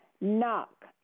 Knock